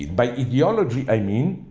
by ideology i mean.